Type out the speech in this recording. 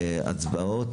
והצבעות.